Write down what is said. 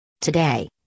Today